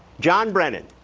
john brennan,